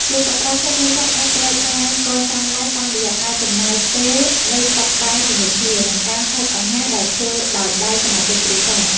ភាពកក់ក្តៅក្នុងគ្រួសារអាចត្រូវបានកសាងឡើងតាមរយៈការចំណាយពេលនៅតុបាយជាមួយគ្នា និងការហូបអាហារដែលធ្វើដោយដៃសមាជិកគ្រួសារ។